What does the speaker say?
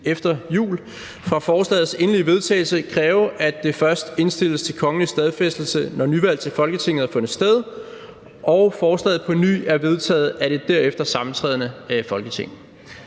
efter jul – »fra forslagets endelige vedtagelse kræve, at det først indstilles til kongelig stadfæstelse, når nyvalg til Folketinget har fundet sted, og forslaget på ny er vedtaget af det derefter sammentrædende Folketing«.